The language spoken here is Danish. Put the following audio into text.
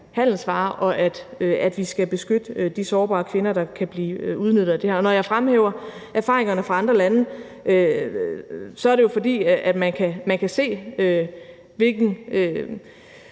handelsvare, og at vi skal beskytte de sårbare kvinder, der kan blive udnyttet af det her. Og når jeg fremhæver erfaringerne fra andre lande, er det jo, fordi vi kan se, hvilke